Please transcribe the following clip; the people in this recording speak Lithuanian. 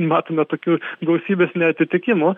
matome tokių gausybės neatitikimų